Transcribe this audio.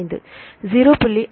5 0